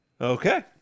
Okay